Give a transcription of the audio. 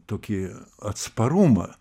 tokį atsparumą